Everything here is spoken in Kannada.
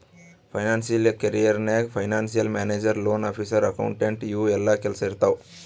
ಫೈನಾನ್ಸಿಯಲ್ ಕೆರಿಯರ್ ನಾಗ್ financial manager, loan officer, accountant ಇವು ಎಲ್ಲಾ ಕೆಲ್ಸಾ ಇರ್ತಾವ್